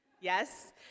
Yes